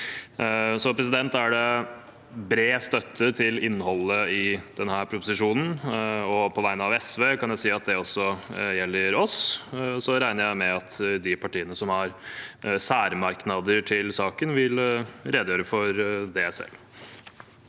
er fremmet. Det er bred støtte til innholdet i denne proposisjonen, og på vegne av SV kan jeg si at det også gjelder oss. Jeg regner med at de partiene som har særmerknader til saken, vil redegjøre for det selv.